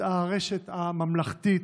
את הארשת הממלכתית,